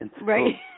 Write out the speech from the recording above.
Right